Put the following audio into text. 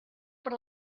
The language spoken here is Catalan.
per